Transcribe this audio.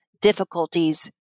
difficulties